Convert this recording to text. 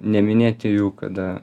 neminėti jų kada